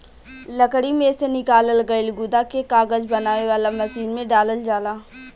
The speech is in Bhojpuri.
लकड़ी में से निकालल गईल गुदा के कागज बनावे वाला मशीन में डालल जाला